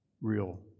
real